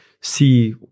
see